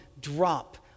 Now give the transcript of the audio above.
drop